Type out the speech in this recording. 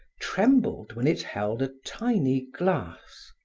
trembled when it held a tiny glass.